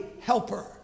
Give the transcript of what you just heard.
helper